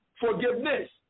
forgiveness